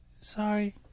sorry